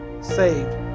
saved